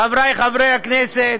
חברי חברי הכנסת,